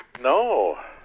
No